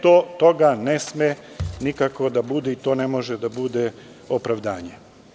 Toga ne sme nikako da bude i to ne sme da bude opravdanje.